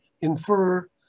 infer